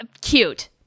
Cute